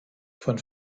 von